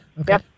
Okay